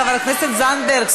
חברת הכנסת זנדברג,